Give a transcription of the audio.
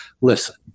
listen